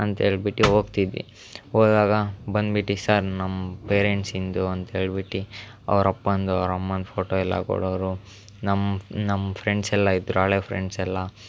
ಅಂತೇಳ್ಬಿಟ್ಟು ಹೋಗ್ತಿದ್ವಿ ಹೋದಾಗ ಬಂದ್ಬಿಟ್ಟು ಸರ್ ನಮ್ಮ ಪೇರೆಂಟ್ಸಿಂದು ಅಂತ ಹೇಳ್ಬಿಟ್ಟು ಅವ್ರ ಅಪ್ಪಂದು ಅವ್ರ ಅಮ್ಮನ ಫೋಟೋ ಎಲ್ಲ ಕೊಡೋವ್ರು ನಮ್ಮ ನಮ್ಮ ಫ್ರೆಂಡ್ಸೆಲ್ಲ ಇದ್ದರು ಹಳೆ ಫ್ರೆಂಡ್ಸ್ ಎಲ್ಲ